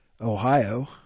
Ohio